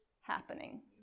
happening